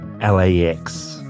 LAX